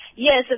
Yes